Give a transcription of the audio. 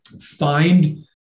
find